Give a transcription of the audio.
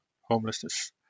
homelessness